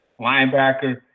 linebacker